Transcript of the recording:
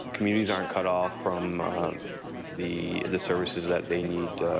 communities aren't cut off from the the services that they need